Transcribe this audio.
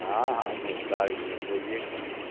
ہاں ہاں مستاک جی ہیں بولیے کیا بات ہے